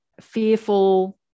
fearful